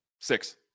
Six